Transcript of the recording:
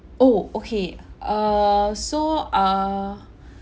oh okay err so err